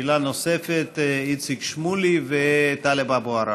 שאלות נוספות, איציק שמולי וטלב אבו עראר.